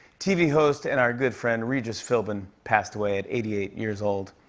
tv host and our good friend regis philbin passed away at eighty eight years old.